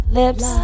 lips